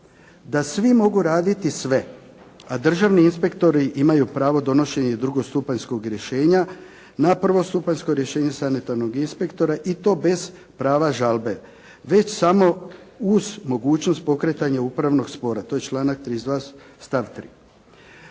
da svi mogu raditi sve a državni inspektori imaju pravo donošenje drugostupanjskog rješenja na prvostupanjsko rješenje sanitarnog inspektora i to bez prava žalbe, već samo uz mogućnost pokretanja upravnog spora. To je članak 32.